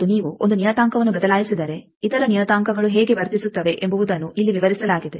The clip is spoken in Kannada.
ಮತ್ತು ನೀವು ಒಂದು ನಿಯತಾಂಕವನ್ನು ಬದಲಾಯಿಸಿದರೆ ಇತರ ನಿಯತಾಂಕಗಳು ಹೇಗೆ ವರ್ತಿಸುತ್ತವೆ ಎಂಬುವುದನ್ನು ಇಲ್ಲಿ ವಿವರಿಸಲಾಗಿದೆ